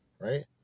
Right